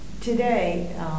Today